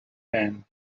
tan